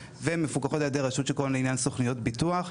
ומפוקחות על ידי רשות שכל עניין סוכנויות ביטוח.